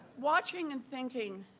watching and thinking